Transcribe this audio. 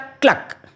cluck